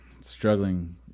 struggling